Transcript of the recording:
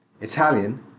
Italian